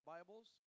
Bibles